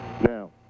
now